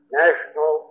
national